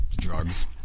drugs